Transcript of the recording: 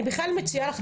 אני בכלל מציעה לך,